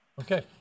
Okay